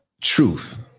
truth